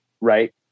Right